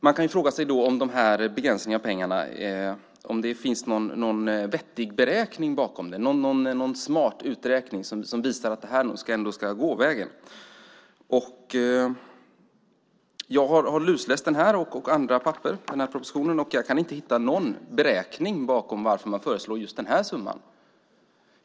Man kan fråga sig om det finns någon smart uträkning bakom detta som visar att det nog ändå ska gå vägen. Jag har lusläst propositionen och andra papper, men jag kan inte hitta någon beräkning bakom varför man föreslår just denna summa.